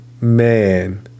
Man